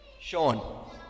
Sean